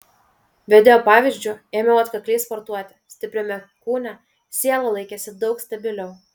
vedėjo pavyzdžiu ėmiau atkakliai sportuoti stipriame kūne siela laikėsi daug stabiliau